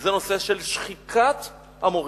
וזה נושא שחיקת המורים.